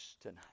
tonight